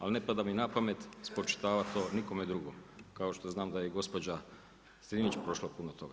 Ali, ne pada mi na pamet spočitavati to nikom drugom, kao što znam da je i gospođa Strenja Linić prošla putno toga.